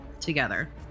together